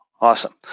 Awesome